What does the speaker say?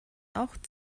auch